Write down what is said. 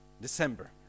December